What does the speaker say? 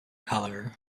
colour